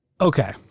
okay